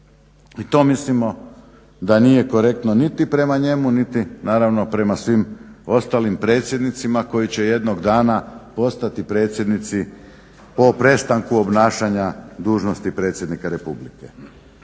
I to mislimo da nije korektno niti prema njemu, niti naravno prema svim ostalim predsjednicima koji će jednog dana postati predsjednici po prestanku obnašanja dužnosti predsjednika Republike.